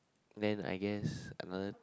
then I guess another